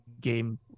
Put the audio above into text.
game